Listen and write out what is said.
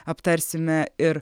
aptarsime ir